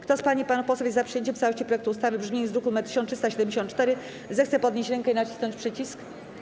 Kto z pań i panów posłów jest za przyjęciem w całości projektu ustawy w brzmieniu z druku nr 1374, zechce podnieść rękę i nacisnąć przycisk.